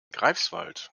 greifswald